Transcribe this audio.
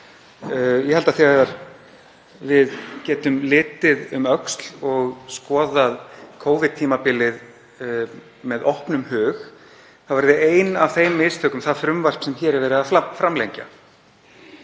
Ég held að þegar við getum litið um öxl og skoðað Covid-tímabilið með opnum hug þá væru ein af þeim mistökum það frumvarp sem hér er verið að framlengja,